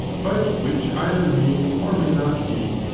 but which either may or may not be,